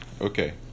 Okay